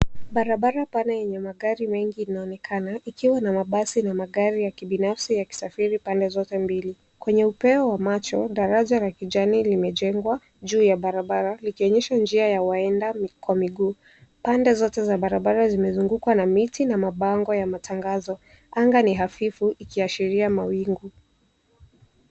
Barabara pana yenye magari mengi inaonekana ikiwa na mabasi na magari ya kibinafsi yakisafiri pande zote mbili. Kwenye upeo wa macho. Daraja la kijamii limejengwa juu ya barabara likionyesha njia ya waenda kwa miguu. Pande zote za barabara zimezungukwa na miti na mabango ya matangazo. Anga ni hafifu ikiashiria mawingu.